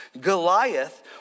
Goliath